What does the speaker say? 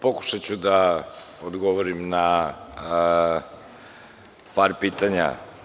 Pokušaću da odgovorim na par pitanja.